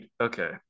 Okay